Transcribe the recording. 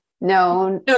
no